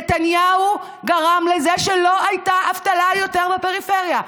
נתניהו גרם לזה שלא הייתה אבטלה יותר בפריפריה.